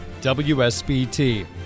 WSBT